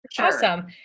Awesome